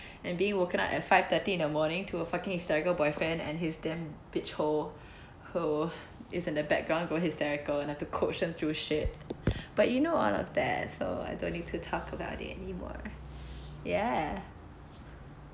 and be woken up at five thirty in the morning to a fucking hysterical boyfriend and his damn bitch whore who is in the background going hysterical and I have to coach them through shit but you know all of that so I don't need to talk about it anymore ya